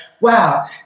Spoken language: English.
wow